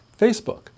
Facebook